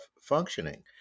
functioning